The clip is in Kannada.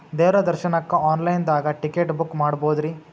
ದೇವ್ರ ದರ್ಶನಕ್ಕ ಆನ್ ಲೈನ್ ದಾಗ ಟಿಕೆಟ ಬುಕ್ಕ ಮಾಡ್ಬೊದ್ರಿ?